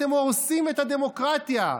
אתם הורסים את הדמוקרטיה.